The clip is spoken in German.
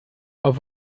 auf